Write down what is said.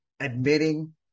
admitting